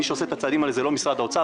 מי שעושה את הצעדים האלה זה לא משרד האוצר,